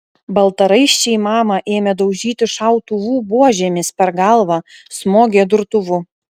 baltaraiščiai mamą ėmė daužyti šautuvų buožėmis per galvą smogė durtuvu